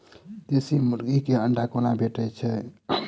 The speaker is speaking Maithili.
देसी मुर्गी केँ अंडा कोना भेटय छै?